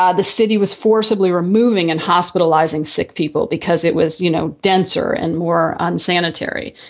ah the city was forcibly removing and hospitalizing sick people because it was, you know, denser and more unsanitary.